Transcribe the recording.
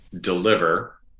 deliver